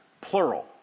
plural